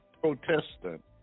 protestant